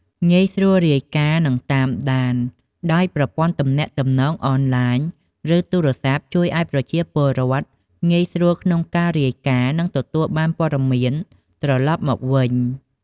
ងាយស្រួលរាយការណ៍ និងតាមដាន ដោយប្រព័ន្ធទំនាក់ទំនងអនឡាញ ឬទូរស័ព្ទជួយឱ្យប្រជាពលរដ្ឋងាយស្រួលក្នុងការរាយការណ៍ និងទទួលបានព័ត៌មានត្រឡប់មកវិញ។